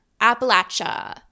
Appalachia